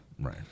Right